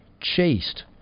chased